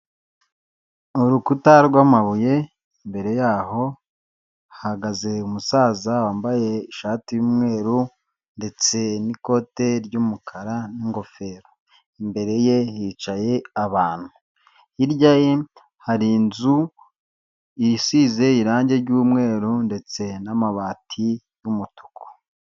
Urukuta rw'amabuye imbere yaho hahagaze umusaza wambaye ishati y'umweru ndetse n'ikote ry'umukara n'ingofero, imbere ye hicaye abantu. Hirya ye hari inzu yisize irange ry'umweru ndetse n'amabati y'umutuku.